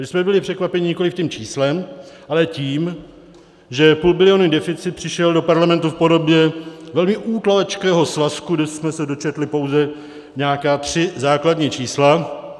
My jsme byli překvapeni nikoliv tím číslem, ale tím, že půlbilionový deficit přišel do Parlamentu v podobě velmi útloučkého svazku, kde jsme se dočetli pouze nějaká tři základní čísla.